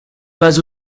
pas